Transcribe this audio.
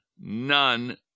none